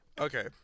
Okay